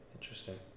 interesting